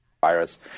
Virus